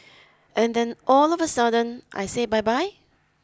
and then all of a sudden I say bye bye